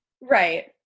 right